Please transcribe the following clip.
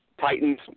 Titans